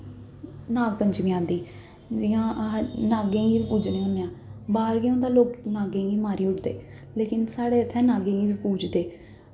नाग पंचमीं आंदी जि'यां नागें गी पूजने होन्ने आं बाह्र केह् होंदा लोग नागें गी मारी ओड़दे लेकिन साढ़ै इत्थै नागें गी पूजदे